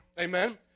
Amen